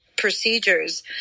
procedures